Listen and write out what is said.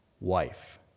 wife